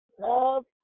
Love